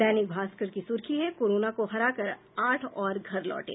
दैनिक भास्कर की सुर्खी है कोरोना को हराकर आठ और घर लौंटे